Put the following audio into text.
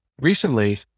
recently